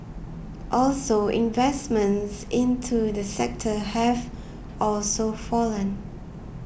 also investments into the sector have also fallen